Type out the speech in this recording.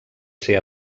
ser